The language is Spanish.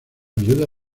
viuda